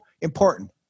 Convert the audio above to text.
important